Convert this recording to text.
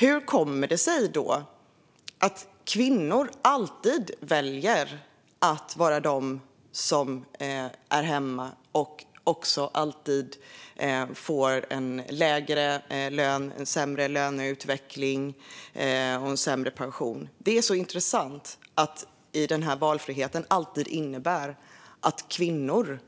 Hur kommer det sig då att kvinnor alltid väljer att vara de som är hemma och också alltid får en lägre lön, en sämre löneutveckling och en sämre pension? Det är så intressant att denna valfrihet alltid innebär att kvinnor